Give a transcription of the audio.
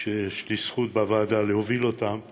שיש לי זכות להוביל אותם בוועדה,